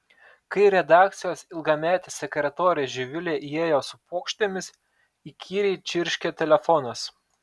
kai redakcijos ilgametė sekretorė živilė įėjo su puokštėmis įkyriai čirškė telefonas